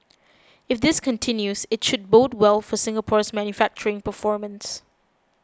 if this continues it should bode well for Singapore's manufacturing performance